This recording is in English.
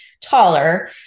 taller